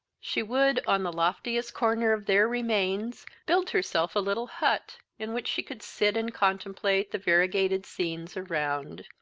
she would, on the loftiest corner of their remains, build herself a little hut, in which she could sit and contemplate the variegated scenes around.